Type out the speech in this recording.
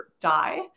die